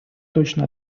точно